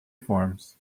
forms